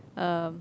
um